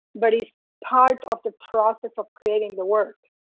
but it's part of the process of creating the work.